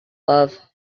love